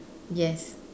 yes